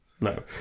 No